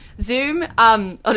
Zoom